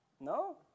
No